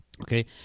Okay